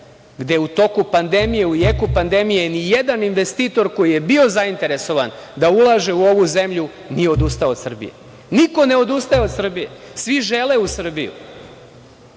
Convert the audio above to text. gde u toku pandemije, u jeku pandemije ni jedan investitor koji je bio zainteresovan da ulaže u ovu zemlju nije odustao od Srbije. Niko ne odustaje od Srbije, svi žele u Srbiju.